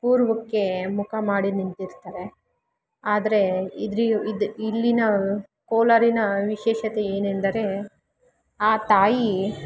ಪೂರ್ವಕ್ಕೆ ಮುಖ ಮಾಡಿ ನಿಂತಿರ್ತಾರೆ ಆದರೆ ಇದರ ಇದು ಇಲ್ಲಿನ ಕೋಲಾರಿನ ವಿಶೇಷತೆ ಏನೆಂದರೆ ಆ ತಾಯಿ